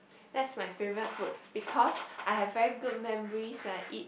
that's my favorite food because I have very good memories when I eat